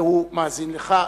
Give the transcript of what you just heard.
והוא מאזין לך.